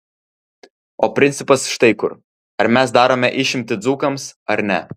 o principas štai kur ar mes darome išimtį dzūkams ar ne